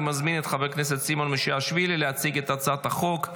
אני מזמין את חבר הכנסת סימון להציג את הצעת החוק.